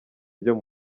ryo